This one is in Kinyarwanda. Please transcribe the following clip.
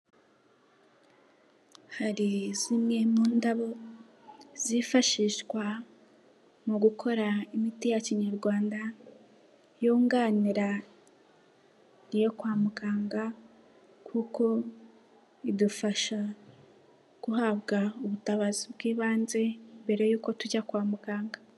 Hari zimwe mu ndabo zifashishwa mu gukora imiti ya kinyarwanda yunganira iyo kwa muganga kuko idufasha guhabwa ubutabazi bw'ibanze mbere y'uko tujya kwa muganga.